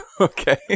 okay